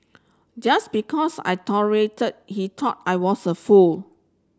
just because I tolerated he thought I was a fool